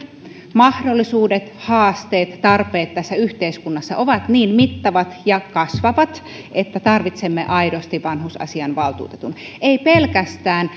mahdollisuudet haasteet tarpeet tässä yhteiskunnassa ovat niin mittavat ja kasvavat että tarvitsemme aidosti vanhusasiainvaltuutetun ei pelkästään